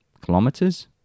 kilometers